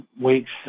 weeks